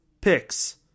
picks